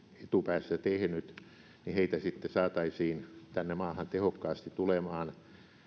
etupäässä tehnyt sitten saataisiin tehokkaasti maahan tulemaan